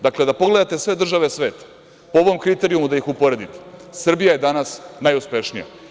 Dakle, da pogledate sve države sveta, po ovom kriterijumu da ih uporedite, Srbija je danas najuspešnija.